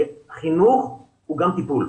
חינוך הוא גם טיפול.